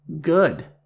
Good